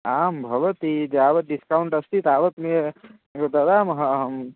आं भवति यावत् डिस्कौण्ट् अस्ति तावत् ददमः अहम्